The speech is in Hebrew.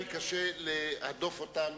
אני מקווה שהיא נפתרה.